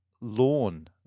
lawn